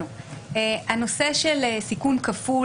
הנושא של סיכון כפול,